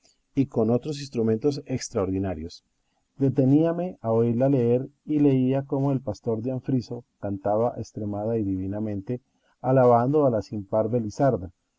y con otros instrumentos extraordinarios deteníame a oírla leer y leía cómo el pastor de anfriso cantaba estremada y divinamente alabando a la sin par